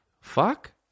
Fuck